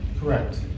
Correct